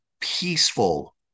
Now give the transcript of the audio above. peaceful